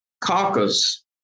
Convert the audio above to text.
caucus